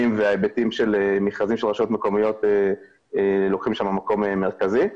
וההיבטים של מכרזים של רשויות מקומיות לוקחים שם מקום מרכזי.